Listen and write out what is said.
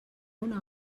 una